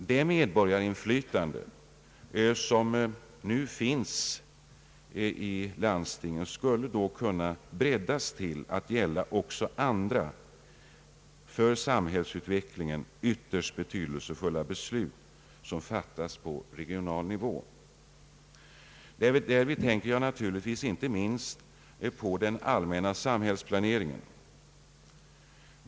Det medborgarinflytande som nu finns i landstingen skulle då kunna breddas till att gälla också andra för samhällsutvecklingen ytterst betydelsefulla beslut som fattas på regional nivå. Därvid tänker jag naturligtvis inte minst på den allmänna samhällsplaneringen.